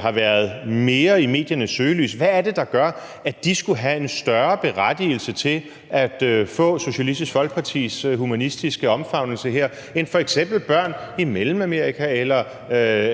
har været mere i mediernes søgelys? Hvad er det, der gør, at de skulle have en større berettigelse til at få Socialistisk Folkepartis humanistiske omfavnelse end f.eks. børn i Mellemamerika eller